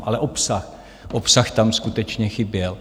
Ale obsah obsah tam skutečně chyběl.